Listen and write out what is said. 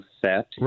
set